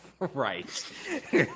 Right